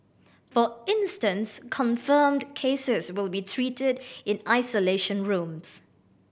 for instance confirmed cases will be treated in isolation rooms